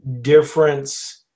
difference